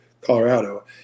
colorado